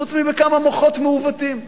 חוץ מכמה מוחות מעוותים.